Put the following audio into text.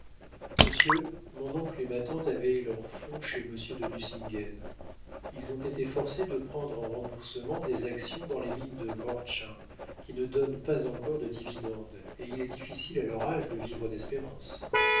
monsieur mon oncle et ma tante avaient leurs fonds chez monsieur de nucingen ils ont été forcés de prendre en remboursement des actions dans les mines de wortschin qui ne donnent pas encore de dividende et il est difficile à leur âge de vivre d'espérance